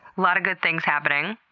a lot of good things happening.